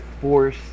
force